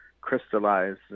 crystallize